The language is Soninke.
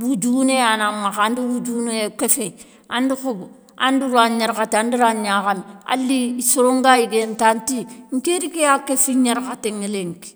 woudiouné yana makha anda woudiouné kéféy, anda khobo, anda ra gnarkhaté, ande ra gnakhamé, ali soro nga yiguéné ta anti, nkéri kéya kéffi gnarkhatéŋa linki.